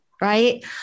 Right